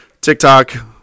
TikTok